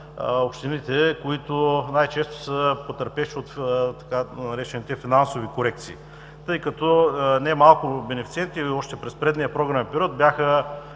общините, които най-често са потърпевши от така наречените „финансови корекции“, тъй като немалко бенефициенти още през предния програмен период бяха